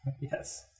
Yes